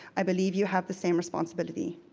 i believe you have the same responsibility.